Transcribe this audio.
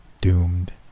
Doomed